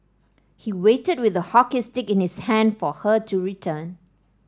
he waited with a hockey stick in his hand for her to return